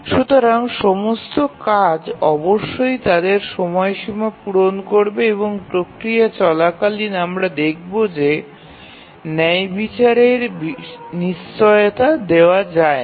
সুতরাং সমস্ত কাজ অবশ্যই তাদের সময়সীমা পূরণ করবে এবং প্রক্রিয়া চলাকালীন আমরা দেখব যে ন্যায়বিচারের নিশ্চয়তা দেওয়া যায় না